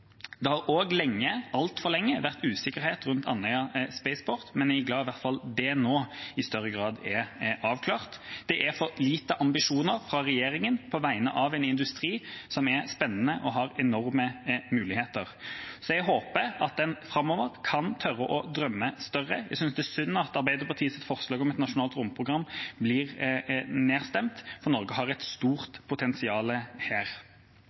Det har også lenge – altfor lenge – vært usikkerhet rundt Andøya Spaceport, men jeg er glad for at det nå i hvert fall i større grad er avklart. Det er for få ambisjoner fra regjeringa på vegne av en industri som er spennende og har enorme muligheter. Jeg håper at en framover kan tørre å drømme større. Jeg synes det er synd at Arbeiderpartiets forslag om et nasjonalt romprogram blir nedstemt, for her har Norge et